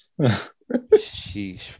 Sheesh